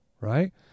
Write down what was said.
right